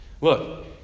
Look